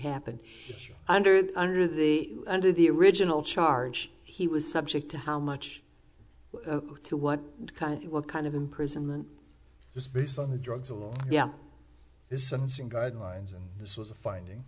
happened under the under the under the original charge he was subject to how much to what kind what kind of imprisonment just based on the drugs alone yeah this sentencing guidelines and this was a finding